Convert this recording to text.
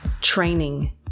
training